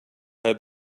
have